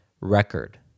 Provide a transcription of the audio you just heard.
record